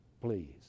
please